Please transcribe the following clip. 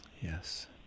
Yes